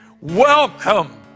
Welcome